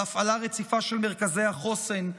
בהפעלה רציפה של מרכזי החוסן,